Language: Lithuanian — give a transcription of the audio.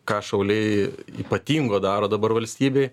ką šauliai ypatingo daro dabar valstybei